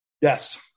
Yes